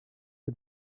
que